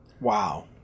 Wow